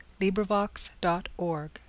LibriVox.org